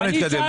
בואו נתקדם.